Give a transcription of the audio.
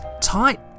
tight